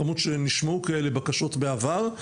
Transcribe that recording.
למרות שנשמעו כאלה בקשות בעבר,